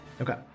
Okay